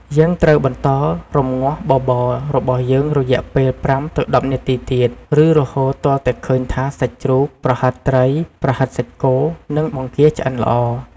យើងត្រូវបន្តរំងាស់បបររបស់យើងរយៈពេល ៥ ទៅ ១០ នាទីទៀត ឬរហូតទាល់តែឃើញថាសាច់ជ្រូក ប្រហិតត្រី ប្រហិតសាច់គោ និងបង្គាឆ្អិនល្អ។